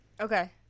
Okay